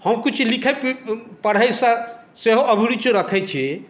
हम किछु लिखै पढ़ैसँ सेहो अभिरूचि रखैत छी